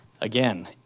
Again